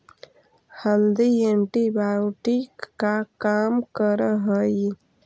हल्दी एंटीबायोटिक का काम करअ हई